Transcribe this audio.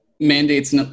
mandates